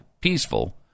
peaceful